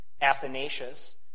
Athanasius